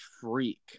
freak